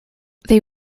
they